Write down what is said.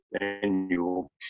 annual